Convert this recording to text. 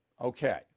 Okay